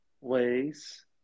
ways